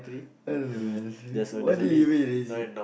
I don't know man why did you even erase it